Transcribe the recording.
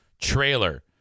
trailer